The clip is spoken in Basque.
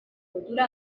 lotura